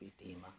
Redeemer